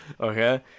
Okay